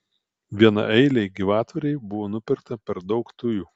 vienaeilei gyvatvorei buvo nupirkta per daug tujų